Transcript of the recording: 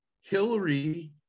Hillary